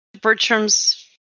Bertram's